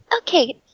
Okay